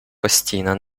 постійна